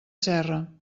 serra